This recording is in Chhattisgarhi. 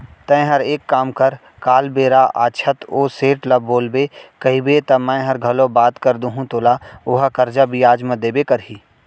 तैंहर एक काम कर काल बेरा आछत ओ सेठ ल बोलबे कइबे त मैंहर घलौ बात कर दूहूं तोला ओहा करजा बियाज म देबे करही